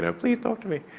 and please talk to me.